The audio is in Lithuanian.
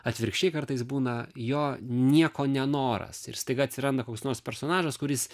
atvirkščiai kartais būna jo nieko nenoras ir staiga atsiranda koks nors personažas kuris